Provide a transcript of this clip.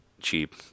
cheap